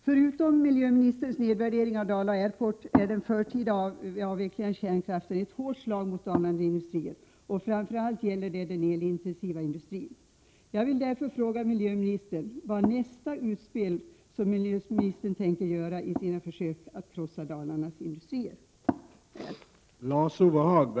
Förutom miljöministerns nedvärdering av Dala Airport är den förtida avvecklingen av kärnkraften ett hårt slag mot Dalarnas industrier, framför allt gäller detta den elintensiva industrin. Jag vill därför fråga miljöministern vad nästa utspel som miljöministern tänker göra i sina försök att krossa Dalarnas industrier blir.